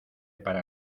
para